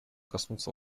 коснуться